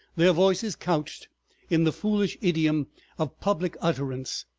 their voices couched in the foolish idiom of public utterance,